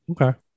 Okay